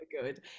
good